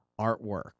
artwork